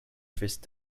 fist